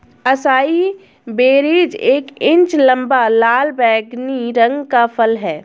acai berries एक inch लंबा, लाल बैंगनी रंग का फल है